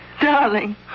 darling